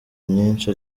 myinshi